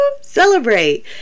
celebrate